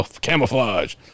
Camouflage